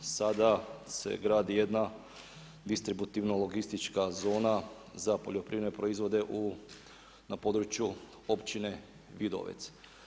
Sada se gradi jedna distributivna logistička zona za poljoprivredne proizvode na području općine Vidovec.